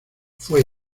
fue